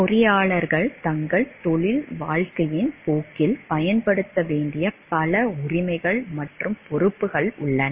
பொறியாளர்கள் தங்கள் தொழில் வாழ்க்கையின் போக்கில் பயன்படுத்த வேண்டிய பல உரிமைகள் மற்றும் பொறுப்புகள் உள்ளன